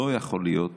לא יכול להיות